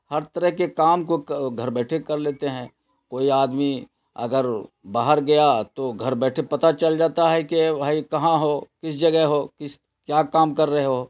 ہر طرح کے کام کو گھر بیٹھے کر لیتے ہیں کوئی آدمی اگر باہر گیا تو گھر بیٹھے پتہ چل جاتا ہے کہ بھائی کہاں ہو کس جگہ ہو کس کیا کام کر رہے ہو